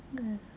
ya